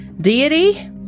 deity